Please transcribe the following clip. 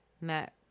Matt